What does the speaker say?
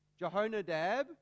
Jehonadab